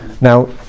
now